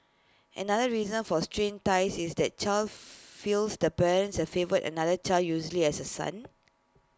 another reason for strained ties is that child feels the parent has favoured another child usually as A son